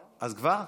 כבר?